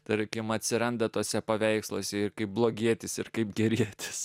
tarkim atsiranda tuose paveiksluose kaip blogietis ir kaip gerietis